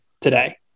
today